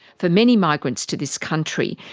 for many migrants to this country,